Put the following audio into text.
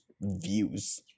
views